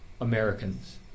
Americans